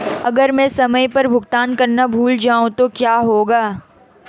अगर मैं समय पर भुगतान करना भूल जाऊं तो क्या होगा?